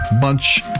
bunch